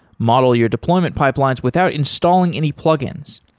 model your deployment pipelines without installing any plugins.